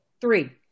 Three